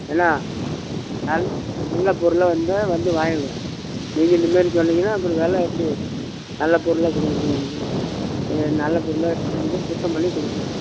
என்ன நல் நல்ல பொருளாக வந்தால் வந்து வாங்குங்க நீங்கள் இந்தமாரி சொன்னீங்கன்னால் அப்புறம் விலை எப்படி நல்ல பொருளாக கொடுக்குறது உங்களுக்கு இது நல்ல பொருளாக வேணுன்னால் சுத்தம் பண்ணி கொடுப்போம்